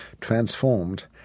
transformed